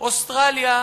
אוסטרליה,